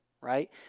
right